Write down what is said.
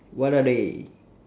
what are they